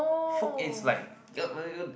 folk is like